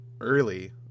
early